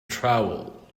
trowel